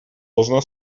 должна